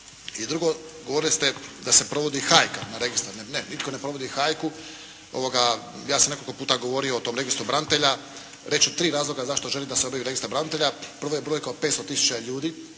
I drugo, govorili ste da se provodi hajka na registra. Ne, nitko ne provodi hajku. Ja sam nekoliko puta govorio o tom registru branitelja. Reći ću tri razloga zašto želim da se objavi registar branitelja. Prvo je brojka od 500 tisuća ljudi